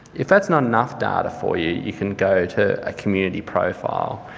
if that's not enough data for you, you can go to a community profile.